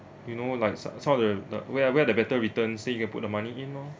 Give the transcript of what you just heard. you know like some some of the like where ah where the better return so you can put the money in orh